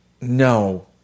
No